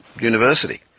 university